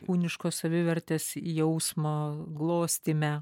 kūniškos savivertės jausmo glostyme